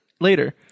later